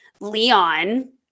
Leon